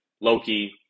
Loki